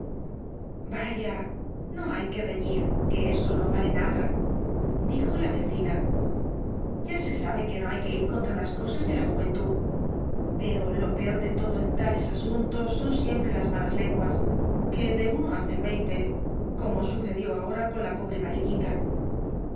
vaya no hay que reñir que eso no vale nada dijo la vecina ya se sabe que no hay que ir contra las cosas de la juventud pero lo peor de todo en tales asuntos son siempre las malas lenguas que de uno hacen veinte como sucedió ahora con la p o bre mariquita eso